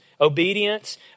Obedience